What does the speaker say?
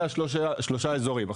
אלו שלושה אזורים.